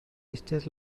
eistedd